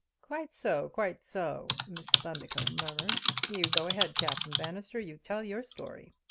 quite so quite so! mr. bundercombe murmured. you go ahead, captain bannister. you tell your story.